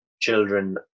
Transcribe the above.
children